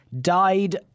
died